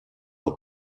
with